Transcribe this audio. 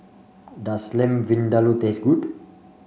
does Lamb Vindaloo taste good